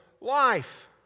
life